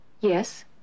yes